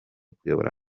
kuyobora